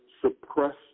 suppress